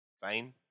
Fine